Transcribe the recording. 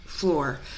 floor